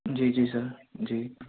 جی جی سر جی